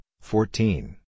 fourteen